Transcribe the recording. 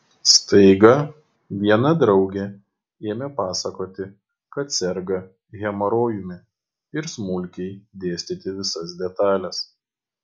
staiga viena draugė ėmė pasakoti kad serga hemorojumi ir smulkiai dėstyti visas detales